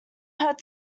hurt